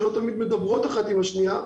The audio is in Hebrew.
שלא תמיד מדברות אחת עם השנייה,